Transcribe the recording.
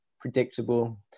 predictable